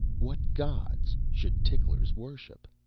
what gods should ticklers worship?